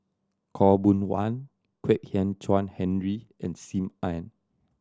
Khaw Boon Wan Kwek Hian Chuan Henry and Sim Ann